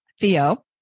Theo